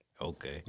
Okay